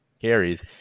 carries